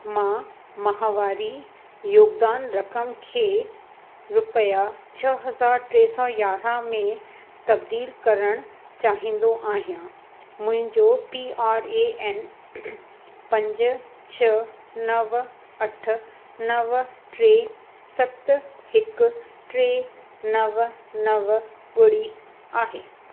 मां माहवारी योगदान रक़म खे रुपया छह हज़ार यारहं में तब्दील करणु चाहींदो आहियां मुंहिंजो पी आर ए एन नंबर पंज छह नव अठ नव टे सत हिकु टे नव नव ॿुड़ी आहे